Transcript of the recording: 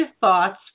thoughts